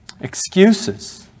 Excuses